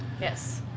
Yes